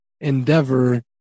endeavor